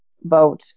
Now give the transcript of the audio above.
vote